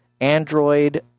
Android